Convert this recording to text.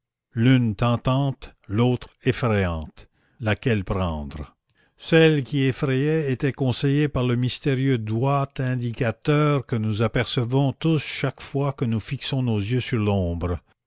l'une tentante l'autre effrayante laquelle prendre celle qui effrayait était conseillée par le mystérieux doigt indicateur que nous apercevons tous chaque fois que nous fixons nos yeux sur l'ombre